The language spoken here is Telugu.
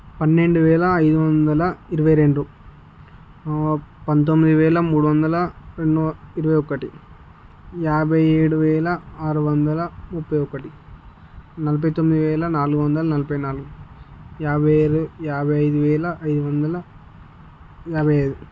పన్నెండు వేల ఐదు వందల ఇరవై రెండు పంతొమ్మిది వేల మూడు వందల రెండు ఇరవై ఒక్కటి యాభై ఏడు వేల ఆరు వందల ముప్పై ఒక్కటి నలభై తొమ్మిది వేల నాలుగు వందల నలభై నాలుగు యాభై ఐద్ యాభై ఐదు వేల ఐదు వందల యాబై ఐదు